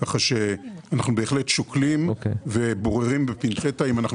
אנחנו בהחלט שוקלים ובוררים בפינצטה אם אנחנו